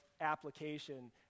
application